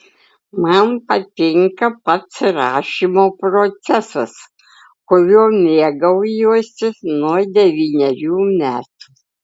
man patinka pats rašymo procesas kuriuo mėgaujuosi nuo devynerių metų